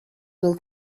will